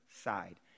side